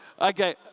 Okay